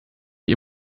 ihr